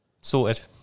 Sorted